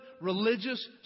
religious